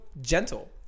gentle